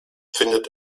findet